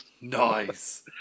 Nice